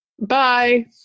bye